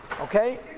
Okay